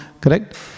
correct